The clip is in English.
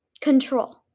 Control